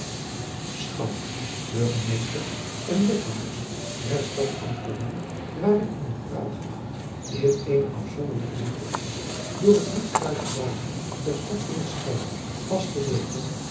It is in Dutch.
chout urgemeesters en ethouders der stad msterdam waren in hun praalgewaad in eene afzonderlijke zitplaats door het driekruisig apen der stad onderscheiden pas gezeten